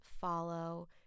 follow